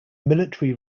military